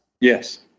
Yes